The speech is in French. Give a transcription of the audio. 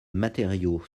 matériaux